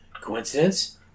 Coincidence